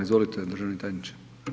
Izvolite državni tajniče.